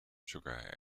sugar